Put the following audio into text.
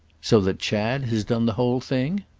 so that chad has done the whole thing?